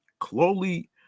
Chloe